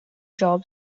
job